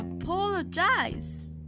apologize